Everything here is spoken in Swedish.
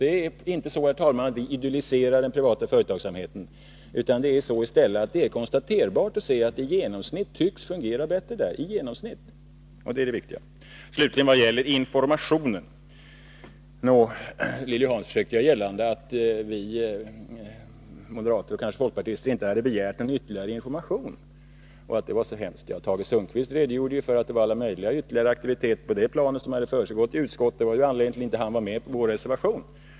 Men vi idylliserar inte den privata företagsamheten, utan det är i stället konstaterbart att det i genomsnitt tycks fungera bättre där, och det är det viktiga. Vad slutligen gäller informationen försökte Lilly Hansson göra gällande att vi moderater, och kanske folkpartisterna, inte hade begärt någon ytterligare information och att det var så hemskt. Tage Sundkvist redogjorde ju för alla möjliga ytterligare aktiviteter på det planet som hade försiggått i utskottet och påpekade att det var anledningen till att han inte var med på vår reservation.